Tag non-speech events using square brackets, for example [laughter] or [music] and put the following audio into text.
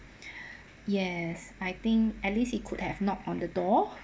[breath] yes I think at least he could have knocked on the door